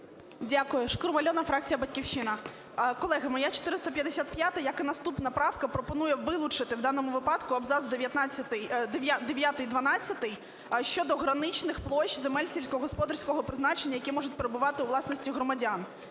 Дякую. Шкрум Альона, фракція "Батьківщина". Колеги, моя 455-а, як і наступна правка, пропонує вилучити в даному випадку абзац дев'ятий і дванадцятий щодо граничних площ земель сільськогосподарського призначення, які можуть перебувати у власності громадян